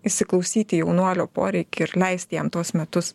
įsiklausyt į jaunuolio poreikį ir leisti jam tuos metus